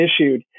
issued